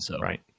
Right